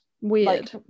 weird